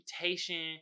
reputation